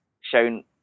shown